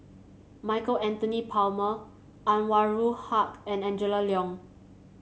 Michael Anthony Palmer Anwarul Haque and Angela Liong